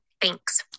Thanks